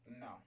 No